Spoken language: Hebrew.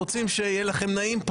אם לא היינו מפעילים את סעיף 98,